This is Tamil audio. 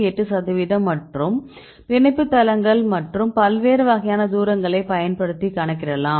8 சதவிகிதம் மற்றும் பிணைப்பு தளங்கள் மற்றும் பல்வேறு வகையான தூரங்களைப் பயன்படுத்தி கணக்கிடலாம்